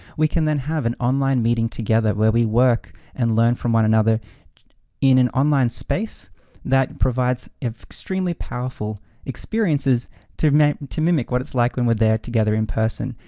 we can then have an online meeting together where we work and learn from one another in an online space that provides extremely powerful experiences to mimic to mimic what it's like when we're there together in person.